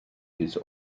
his